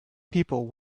people